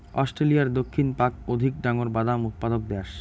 অস্ট্রেলিয়ার দক্ষিণ পাক অধিক ডাঙর বাদাম উৎপাদক দ্যাশ